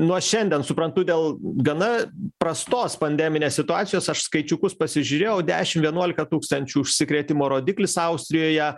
nuo šiandien suprantu dėl gana prastos pandeminės situacijos aš skaičiukus pasižiūrėjau dešim vienuolika tūkstančių užsikrėtimo rodiklis austrijoje